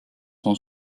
son